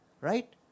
Right